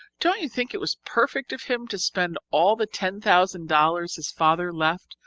don't you think it was perfect of him to spend all the ten thousand dollars his father left,